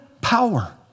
power